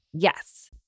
Yes